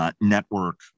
network